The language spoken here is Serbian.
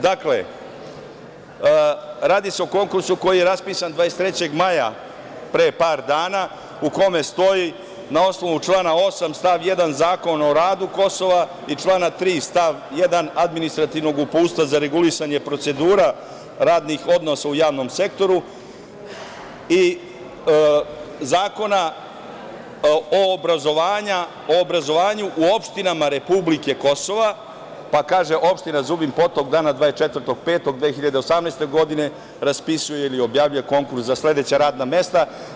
Dakle, radi se o konkursu koji je raspisan 23. maja, pre par dana, u kome stoji – na osnovu člana 8. stav 1. Zakona o radu Kosova i člana 3. stav 1. Administrativnog uputstva za regulisanje procedura radnih odnosa u javnom sektoru i Zakona o obrazovanju u opštinama republike Kosova, pa kaže – opština Zubin Potok, dana 24.5.2018. godine raspisuje ili objavljuje konkurs za sledeća radna mesta.